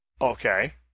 Okay